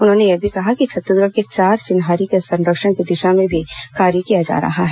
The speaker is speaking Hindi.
उन्होंने यह भी कहा कि छत्तीसगढ़ के चार चिन्हारी के संरक्षण की दिशा में भी कार्य किया जा रहा है